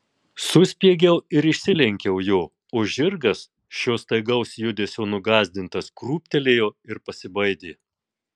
suspiegiau ir išsilenkiau jo o žirgas šio staigaus judesio nugąsdintas krūptelėjo ir pasibaidė